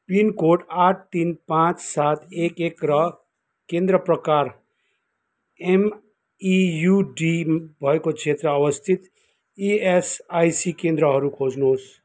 pin code आठ तिन पाँच सात एक एक र केन्द्र प्रकार एमइयुडी भएको क्षेत्र अवस्थित इएसआइसी केन्द्रहरू खोज्नुहोस्